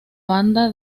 banda